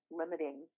limiting